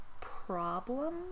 problem